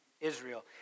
Israel